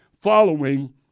following